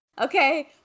okay